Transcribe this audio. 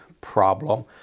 problem